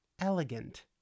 elegant